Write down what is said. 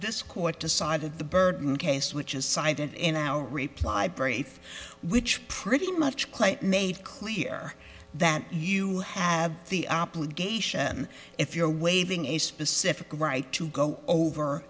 this court decided the burden case which is cited in our reply brief which pretty much quite made clear that you have the obligation if you're waving a specific right to go over